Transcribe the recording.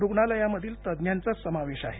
रुग्णालयामधील तज्ज्ञांचा समावेश आहे